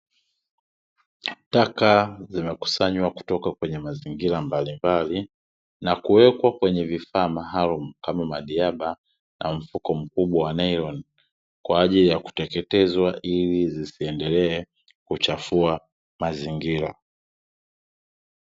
Taka zimekusanywa kutoka kwenye mazingira mbalimbali na kuwekwa kwenye vifaa maalumu kama majaba na mfuko mkubwa wa nailoni, kwa ajili ya kuteketezwa ili zisiendelee kuchafua mazingira.